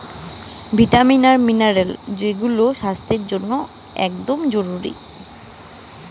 vitamin আর mineral যৌগুলা স্বাস্থ্যের জন্যে একদম জরুরি